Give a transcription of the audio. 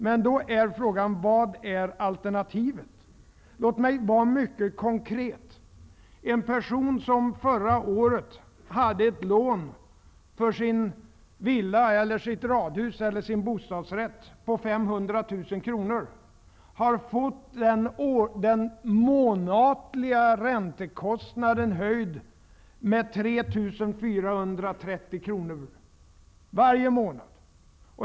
Men frågan är: Vad är alternativet? Låt mig vara mycket konkret. En person som förra året hade ett lån i villan, radhuset eller bostadsrätten på 500 000 kr, har fått den månatliga räntekostnaden höjd med 3 430 kr. Varje månad!